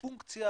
פונקציה